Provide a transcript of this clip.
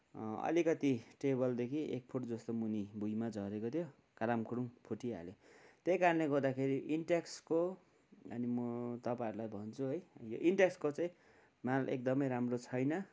अलिकति टेबलदेखि एक फुट जस्तो मुनि भुइँमा झरेको थियो कारम कुर्रुम फुटिहाल्यो त्यही कारणले गर्दाखेरि इन्टेक्सको अनि म तपाईँहरूलाई भन्छुँ है यो इन्टेक्सको चाहिँ माल एकदमै राम्रो छैन